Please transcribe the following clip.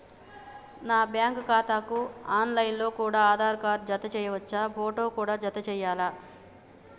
నా బ్యాంకు ఖాతాకు online లో కూడా ఆధార్ కార్డు జత చేయవచ్చా ఫోటో కూడా జత చేయాలా?